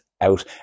out